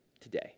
today